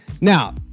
now